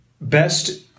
best